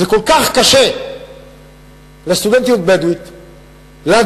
זה כל כך קשה לסטודנטיות בדואיות להגיע,